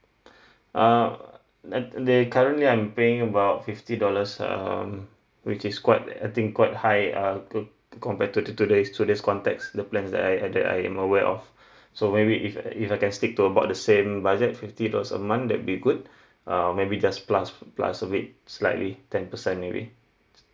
uh uh the currently I'm paying about fifty dollars um which is quite I think quite high uh to compared to the today's today's context the plan that I uh that I'm aware of so maybe if uh I if I can stick to about the same budget fifty dollars a month that'll be good uh maybe just plus plus a bit slightly ten percent maybe